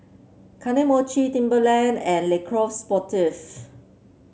Kane Mochi Timberland and Le Coq Sportif